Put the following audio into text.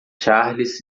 charles